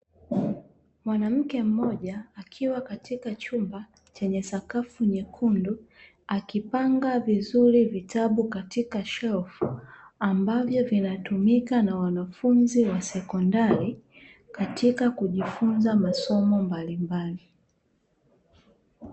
Mwanamke mmoja akiwa katika chumba chenye sakafu nyekundu, akipanga vizuri vitabu katika shelfu, ambavyo vinatumika na wanafunzi wa sekondari, katika kujifunza masomo mbalimbali.